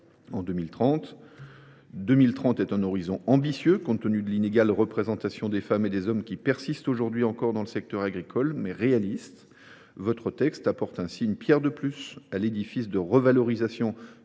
de 2030 est un horizon ambitieux, compte tenu de l’inégale représentation des femmes et des hommes qui persiste aujourd’hui encore dans le secteur agricole, mais néanmoins réaliste. Votre texte apporte ainsi une pierre de plus à l’édifice de revalorisation de